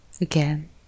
again